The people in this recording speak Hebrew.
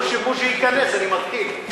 אמרו שבוז'י ייכנס, אני מתחיל.